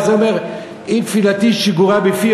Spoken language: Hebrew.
אז הוא אומר: אם תפילתי שגורה בפי,